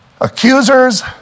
Accusers